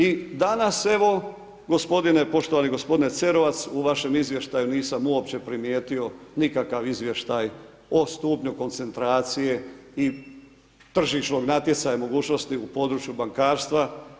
I danas evo gospodine, poštovani gospodine Cerovac, u vašem izvještaju nisam uopće primijetio nikakav izvještaj o stupnju koncentracije i tržišnog natjecanja, mogućnosti u području bankarstva.